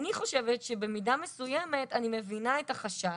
אני חושבת שבמידה מסוימת אני מבינה את החשש,